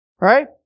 right